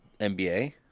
NBA